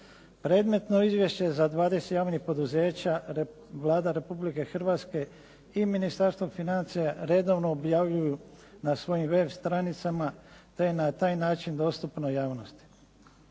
Predmetno izvješće za 20 javnih poduzeća Vlada Republike Hrvatske i Ministarstvo financija redovno objavljuju na svojim web stranicama te je na taj način dostupno javnosti.